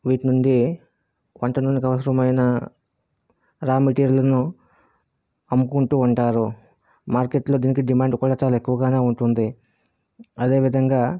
వీటి నుండి పంట నుండి అవసరమైన రా మెటీరియల్ను అమ్ముకుంటూ ఉంటారు మార్కెట్లో దీనికి డిమాండ్ కూడా చాలా ఎక్కువగానే ఉంటుంది అదేవిధంగా